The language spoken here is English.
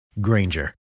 Granger